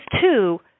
two